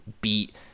beat